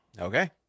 Okay